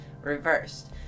reversed